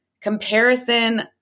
comparison